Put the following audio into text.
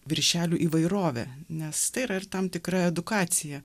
viršelių įvairovė nes tai yra ir tam tikra edukacija